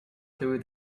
through